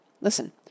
Listen